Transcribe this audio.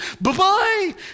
bye-bye